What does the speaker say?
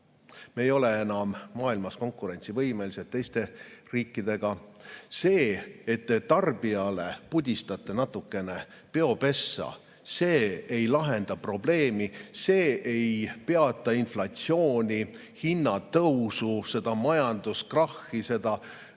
Me ei ole enam maailmas konkurentsivõimelised võrreldes teiste riikidega. See, et tarbijale pudistate natukene peopessa, ei lahenda probleemi, see ei peata inflatsiooni, hinnatõusu, seda majanduskrahhi, seda